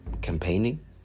campaigning